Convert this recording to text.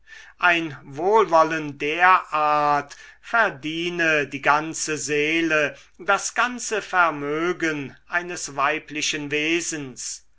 ein wohlwollen der art verdiene die ganze seele das ganze vermögen eines weiblichen wesens